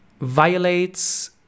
violates